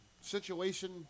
situation